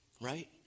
right